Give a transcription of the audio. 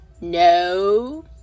No